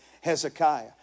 hezekiah